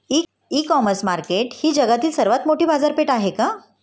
इ commerce market ही जगातील सर्वात मोठी बाजारपेठ आहे का?